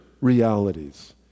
realities